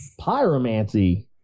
Pyromancy